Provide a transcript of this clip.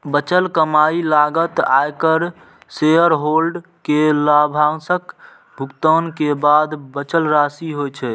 बचल कमाइ लागत, आयकर, शेयरहोल्डर कें लाभांशक भुगतान के बाद बचल राशि होइ छै